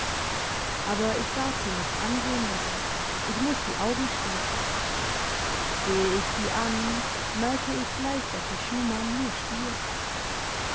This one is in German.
aber ich darf sie nicht ansehen dabei ich muss die augen schliessen sehe ich sie an merke ich gleich dass sie schumann nur spielt